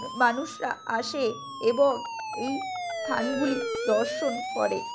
মানুষরা আসে এবং এই স্থানগুলি দর্শন করে